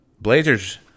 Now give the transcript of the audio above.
blazers